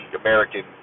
American